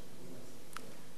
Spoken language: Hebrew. מס' 8080. כמעט נשמע כתב חידה.